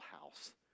house